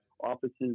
Offices